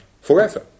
forever